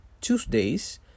tuesdays